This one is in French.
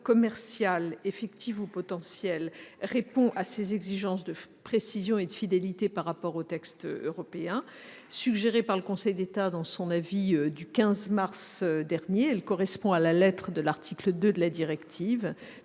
commerciale, effective ou potentielle, répond à ces exigences de précision et de fidélité par rapport au texte européen. Suggérée par le Conseil d'État dans son avis du 15 mars dernier, elle correspond à la lettre de l'article 2 de la directive